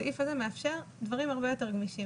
הסעיף הזה מאפשר דברים הרבה יותר גמישים